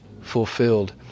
fulfilled